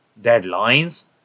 deadlines